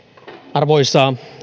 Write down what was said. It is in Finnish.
arvoisa